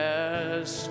Yes